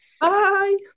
Bye